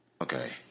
Okay